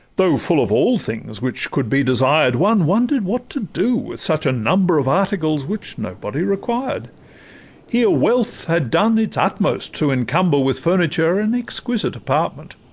though full of all things which could be desired, one wonder'd what to do with such a number of articles which nobody required here wealth had done its utmost to encumber with furniture an exquisite apartment,